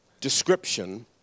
description